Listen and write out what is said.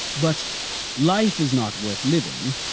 but life is not worth living,